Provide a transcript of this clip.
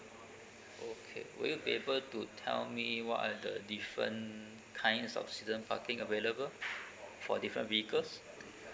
okay will you able to tell me what are the different kinds of season parking available for different vehicles